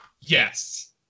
Yes